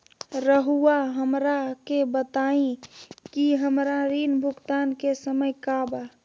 रहुआ हमरा के बताइं कि हमरा ऋण भुगतान के समय का बा?